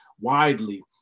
widely